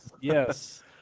Yes